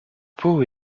peau